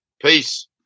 Peace